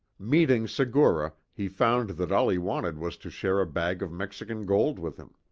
meeting segura, he found that all he wanted was to share a bag of mexican gold with him.